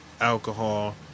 alcohol